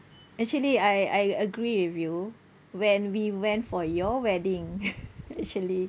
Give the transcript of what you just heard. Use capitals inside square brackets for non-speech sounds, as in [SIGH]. actually I I agree with you when we went for your wedding [NOISE] actually